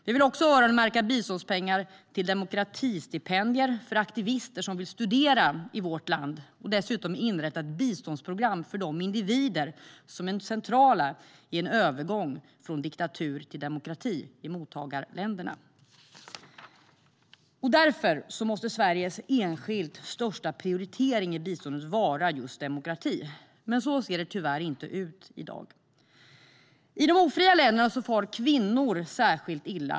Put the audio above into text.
Vi vill också öronmärka biståndspengar till demokratistipendier för aktivister som vill studera i vårt land och dessutom inrätta ett biståndsprogram för de individer som är centrala i en övergång från diktatur till demokrati i mottagarländerna. Därför måste Sveriges enskilt största prioritering i biståndet vara just demokrati. Men så ser det tyvärr inte ut i dag. I de ofria länderna far kvinnor särskilt illa.